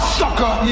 sucker